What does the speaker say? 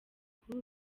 kuri